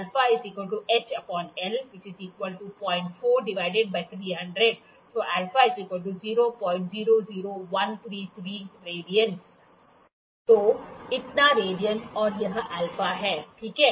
000133 radians तो इतना radian और यह α है ठीक है